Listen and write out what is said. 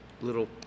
little